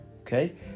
okay